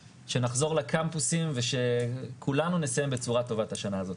שנחזור לקמפוסים ושכולנו נסיים בצורה טובה את השנה הזאת.